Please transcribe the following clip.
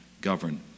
govern